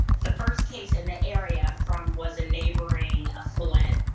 the first case in the area from was a neighboring a fluent,